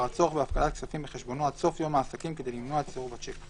הצורך בהפקדת כספים בחשבונו עד סוף יום העסקים כדי למנוע את סירוב השיק,